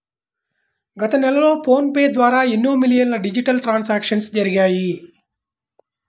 గత నెలలో ఫోన్ పే ద్వారా ఎన్నో మిలియన్ల డిజిటల్ ట్రాన్సాక్షన్స్ జరిగాయి